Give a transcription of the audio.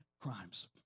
crimes